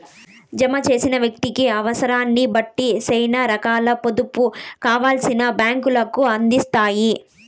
జమ చేసిన వ్యక్తి అవుసరాన్నిబట్టి సేనా రకాల పొదుపు కాతాల్ని బ్యాంకులు అందిత్తాయి